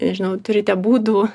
nežinau turite būdų